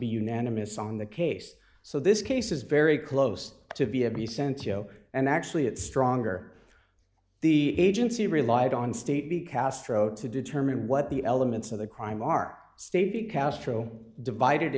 be unanimous on the case so this case is very close to be a be sent and actually it stronger the agency relied on state b castro to determine what the elements of the crime are stay be castro divided